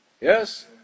Yes